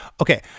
Okay